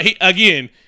again